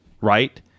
Right